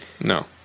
No